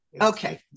Okay